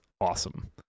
awesome